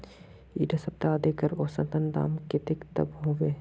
इडा सप्ताह अदरकेर औसतन दाम कतेक तक होबे?